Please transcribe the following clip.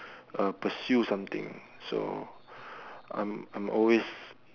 uh pursue something so I'm I'm always